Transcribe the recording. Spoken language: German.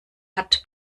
hat